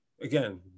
again